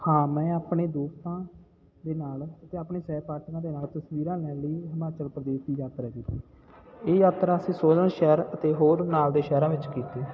ਹਾਂ ਮੈਂ ਆਪਣੇ ਦੋਸਤਾਂ ਦੇ ਨਾਲ ਅਤੇ ਆਪਣੇ ਸਹਿਪਾਠੀਆਂ ਦੇ ਨਾਲ ਤਸਵੀਰਾਂ ਲੈਣ ਲਈ ਹਿਮਾਚਲ ਪ੍ਰਦੇਸ਼ ਦੀ ਯਾਤਰਾ ਕੀਤੀ ਇਹ ਯਾਤਰਾ ਅਸੀਂ ਸੋਲਨ ਸ਼ਹਿਰ ਅਤੇ ਹੋਰ ਨਾਲ ਦੇ ਸ਼ਹਿਰਾਂ ਵਿੱਚ ਕੀਤੀ